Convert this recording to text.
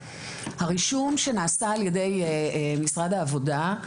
הרישום שנעשה על ידי משרד העבודה,